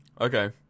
Okay